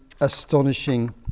astonishing